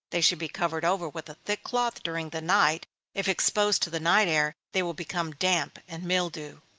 they should be covered over with a thick cloth during the night if exposed to the night air, they will become damp, and mildew.